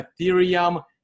Ethereum